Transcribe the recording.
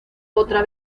otra